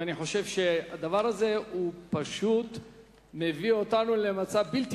ואני חושב שהדבר הזה מביא אותנו למצב בלתי